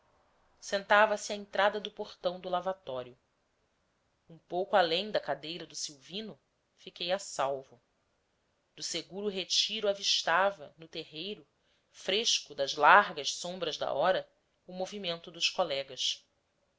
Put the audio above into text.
à entrada do portão do lavatório um pouco além da cadeira do silvino fiquei a salvo do seguro retiro avistava no terreiro fresco das largas sombras da hora o movimento dos colegas